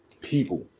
people